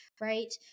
Right